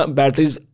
batteries